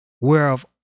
whereof